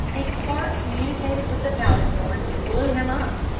a spark communicated with the powder-horn and blew him up.